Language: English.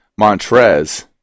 Montrez